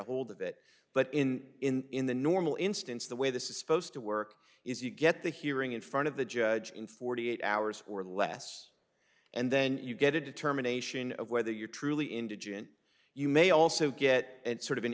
a hold of him but in in the normal instance the way this is supposed to work is you get the hearing in front of the judge in forty eight hours or less and then you get a determination of whether you're truly indigent you may also get and sort of an